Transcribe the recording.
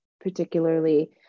particularly